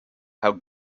how